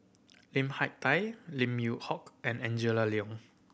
Lim Hak Tai Lim Yew Hock and Angela Liong